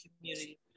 community